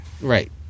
Right